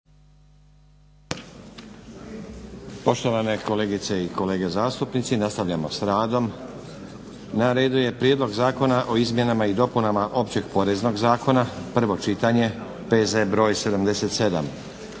Poštovane kolegice i kolege zastupnici nastavljamo s radom. Na redu je - Prijedlog zakona o izmjenama i dopunama Općeg poreznog zakona, prvo čitanje, P.Z.br. 77